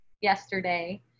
yesterday